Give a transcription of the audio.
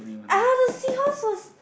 ah the seahorse was